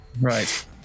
Right